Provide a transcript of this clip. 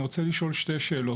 אני רוצה לשאול שתי שאלות.